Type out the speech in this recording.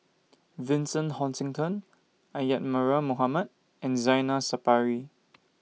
Vincent Hoisington Isadhora Mohamed and Zainal Sapari